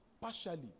Partially